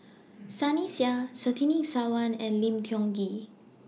Sunny Sia Surtini Sarwan and Lim Tiong Ghee